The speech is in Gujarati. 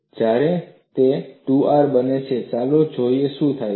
જ્યારે તે 2R બને છે ચાલો જોઈએ શું થાય છે